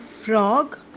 frog